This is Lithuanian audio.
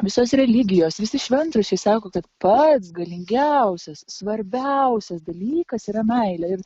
visos religijos visi šventraščiai sako kad pats galingiausias svarbiausias dalykas yra meilė ir